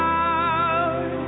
out